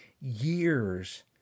years